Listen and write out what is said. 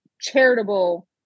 charitable